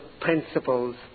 principles